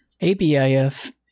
ABIF